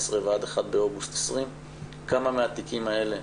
2018 ועד 1 באוגוסט 2020 וכמה מהתיקים האלה